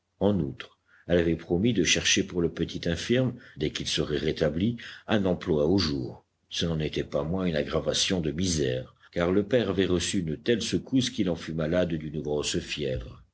en outre elle avait promis de chercher pour le petit infirme dès qu'il serait rétabli un emploi au jour ce n'en était pas moins une aggravation de misère car le père avait reçu une telle secousse qu'il en fut malade d'une grosse fièvre